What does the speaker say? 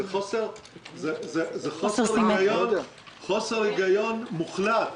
זה חוסר היגיון מוחלט.